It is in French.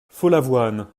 follavoine